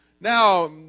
now